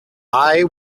eye